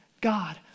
God